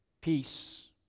Peace